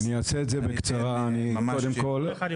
אני אעשה את זה בקצרה: קודם כול,